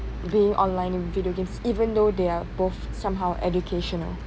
being online in video games even though they're both somehow educational